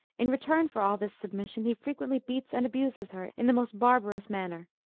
in return for all this submission he frequently beats and abuses her in the most barbarous manner.